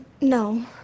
no